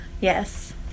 Yes